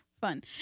fun